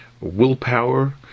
willpower